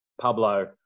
Pablo